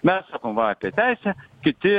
nes sakom va apie teisę kiti